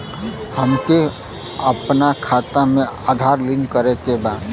हमके अपना खाता में आधार लिंक करें के बा?